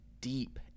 deep